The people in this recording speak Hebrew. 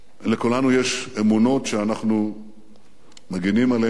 לכולנו יש אמונות שאנחנו מגינים עליהן בלהט,